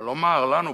אבל לומר לנו בוגדים,